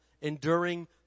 enduring